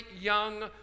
young